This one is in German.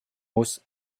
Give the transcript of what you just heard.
muss